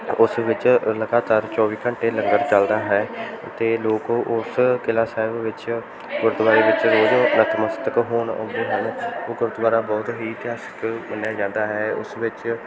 ਉਸ ਵਿੱਚ ਲਗਾਤਾਰ ਚੋਵੀ ਘੰਟੇ ਲੰਗਰ ਚਲਦਾ ਹੈ ਅਤੇ ਲੋਕ ਉਸ ਕਿਲ੍ਹਾ ਸਾਹਿਬ ਵਿੱਚ ਗੁਰਦੁਆਰੇ ਵਿੱਚ ਰੋਜ਼ ਨਤਮਸਤਕ ਹੋਣ ਆਉਂਦੇ ਹਨ ਉਹ ਗੁਰਦੁਆਰਾ ਬਹੁਤ ਹੀ ਇਤਿਹਾਸਕ ਮੰਨਿਆ ਜਾਂਦਾ ਹੈ ਉਸ ਵਿੱਚ